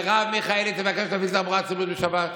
מרב מיכאלי תבקש להפעיל תחבורה ציבורית בשבת,